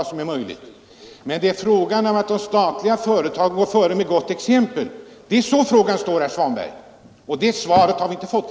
Här är det dock fråga om att de statliga företagen skall gå före med gott exempel. Det är så jag har ställt frågan, herr Svanberg, och svaret på den har vi ännu inte fått.